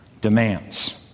Demands